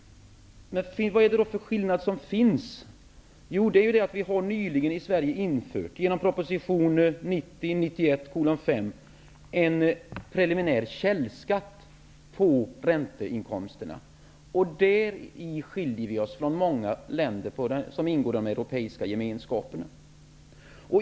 Vilken är då skillnaden? Jo, det är att vi i Sverige nyligen har infört, genom proposition 1990/91:5, en preliminär källskatt på ränteinkomster. Däri skiljer vi oss från många länder som ingår i den europeiska gemenskapen.